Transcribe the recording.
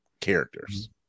characters